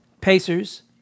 Pacers